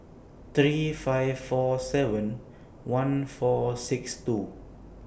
three five four seven one four six two